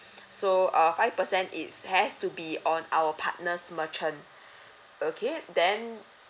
so uh five percent it's has to be on our partner's merchant okay then